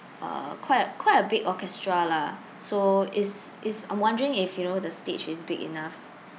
uh quite a quite a big orchestra lah so is is I'm wondering if you know the stage is big enough